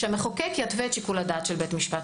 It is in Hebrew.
שהמחוקק יתווה את שיקול הדעת של בית המשפט.